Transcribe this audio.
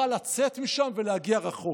יכול היה לצאת משם ולהגיע רחוק.